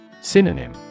Synonym